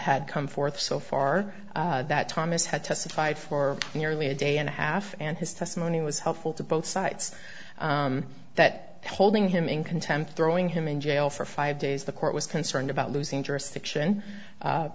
had come forth so far that thomas had testified for nearly a day and a half and his testimony was helpful to both sides that holding him in contempt throwing him in jail for five days the court was concerned about losing jurisdiction